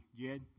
Jed